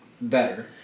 better